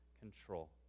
control